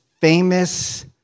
famous